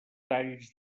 talls